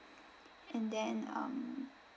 and then um